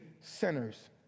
sinners